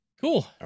Cool